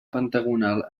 pentagonal